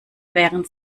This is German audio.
wären